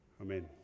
Amen